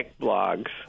blogs